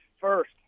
first